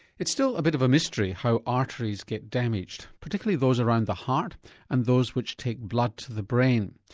it's still a bit of a mystery how arteries get damaged, particularly those around the heart and those which take blood to the brain.